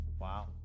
Wow